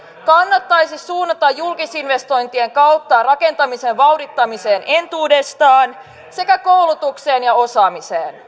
kannattaisi suunnata julkisinvestointien kautta rakentamisen vauhdittamiseen entuudestaan sekä koulutukseen ja osaamiseen